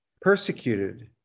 Persecuted